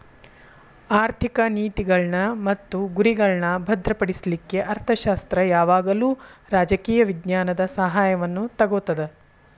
ಆರ್ಥಿಕ ನೇತಿಗಳ್ನ್ ಮತ್ತು ಗುರಿಗಳ್ನಾ ಭದ್ರಪಡಿಸ್ಲಿಕ್ಕೆ ಅರ್ಥಶಾಸ್ತ್ರ ಯಾವಾಗಲೂ ರಾಜಕೇಯ ವಿಜ್ಞಾನದ ಸಹಾಯವನ್ನು ತಗೊತದ